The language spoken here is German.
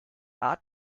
art